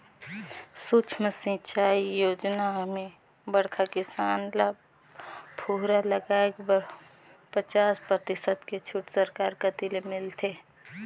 सुक्ष्म सिंचई योजना म बड़खा किसान ल फुहरा लगाए बर पचास परतिसत के छूट सरकार कति ले मिलथे